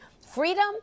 freedom